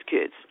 kids